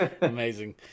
amazing